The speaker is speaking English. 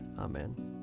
Amen